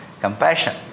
compassion